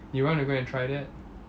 you want to go and try that